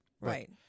Right